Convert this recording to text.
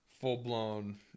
full-blown